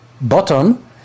bottom